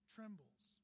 trembles